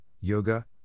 Yoga